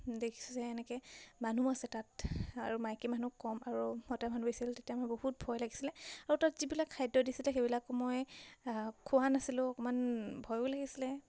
দেখিছোঁ যে এনেকৈ মানুহও আছে তাত আৰু মাইকী মানুহ কম আৰু মতা মানুহ বেছি আছিলে তেতিয়া মই বহুত ভয় লাগিছিলে আৰু তাত যিবিলাক খাদ্য দিছিলে সেইবিলাকো মই খোৱা নাছিলোঁ অকণমান ভয়ো লাগিছিলে